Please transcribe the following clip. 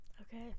Okay